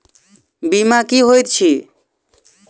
बीमा की होइत छी?